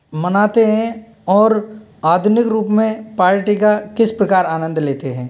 मनाते हैं और आधुनिक रूप में पार्टी का किस प्रकार आनंद लेते हैं